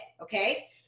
okay